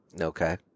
Okay